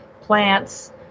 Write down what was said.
plants